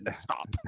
stop